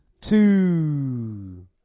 Two